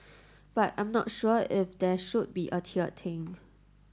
but I'm not sure if there should be a tiered thing